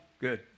Good